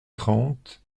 trente